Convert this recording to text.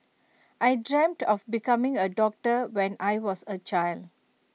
I dreamt of becoming A doctor when I was A child